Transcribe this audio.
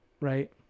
right